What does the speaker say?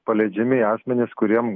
paleidžiami asmenys kuriem